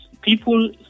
People